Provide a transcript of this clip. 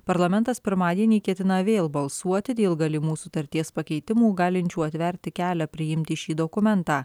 parlamentas pirmadienį ketina vėl balsuoti dėl galimų sutarties pakeitimų galinčių atverti kelią priimti šį dokumentą